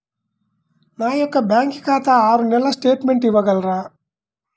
నా యొక్క బ్యాంకు ఖాతా ఆరు నెలల స్టేట్మెంట్ ఇవ్వగలరా?